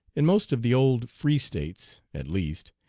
in most of the old free states, at least,